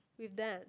with that